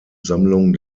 sammlung